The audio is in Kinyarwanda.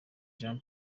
jean